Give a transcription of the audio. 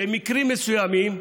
במקרים מסוימים,